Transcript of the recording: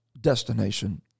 destination